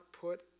put